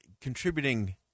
contributing